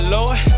Lord